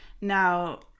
Now